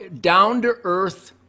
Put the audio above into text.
down-to-earth